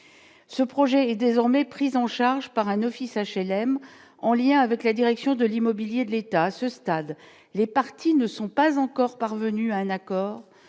ce projet est désormais prise en charge par un office HLM en lien avec la direction de l'immobilier de l'État à ce stade, les partis ne sont pas encore parvenus à un accord